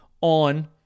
on